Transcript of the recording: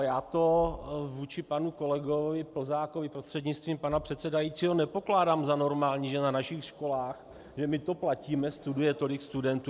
Já to vůči panu kolegovi Plzákovi, prostřednictvím pana předsedajícího, nepokládám za normální, že na našich školách, že my to platíme, studuje tolik studentů.